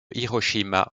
hiroshima